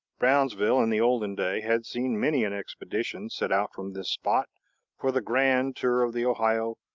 brownsville, in the olden day, had seen many an expedition set out from this spot for the grand tour of the ohio,